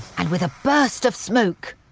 and with a burst of smoke